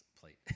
plate